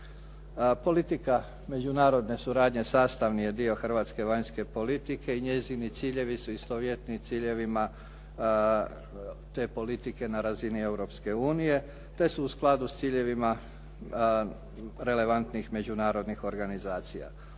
Politika međunarodne suradnje sastavni je dio hrvatske vanjske politike i njezini ciljevi su istovjetni ciljevima te politike na razini Europske unije, te su u skladu s ciljevima relevantnih međunarodnih organizacija.